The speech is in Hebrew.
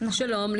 שלום,